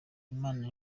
inama